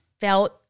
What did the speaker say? felt